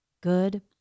good